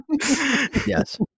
Yes